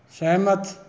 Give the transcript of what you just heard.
ਸਹਿਮਤ